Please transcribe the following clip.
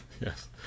Yes